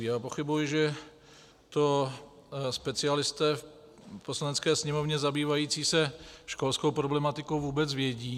A pochybuji, že to specialisté v Poslanecké sněmovně zabývající se školskou problematikou vůbec vědí.